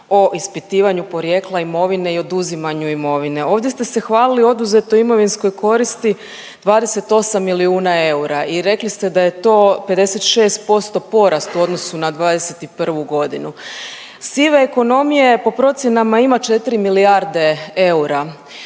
o ispitivanju porijekla imovine i oduzimanju imovine. Ovdje ste se hvalili oduzetoj imovinskoj koristi 28 milijuna eura i rekli ste da je to 56% porast u odnosu na '21. g. Sive ekonomije, po procjenama ima 4 milijarde eura.